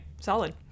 Solid